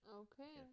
okay